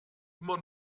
immer